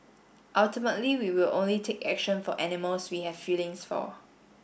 ultimately we will only take action for animals we have feelings for